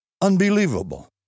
unbelievable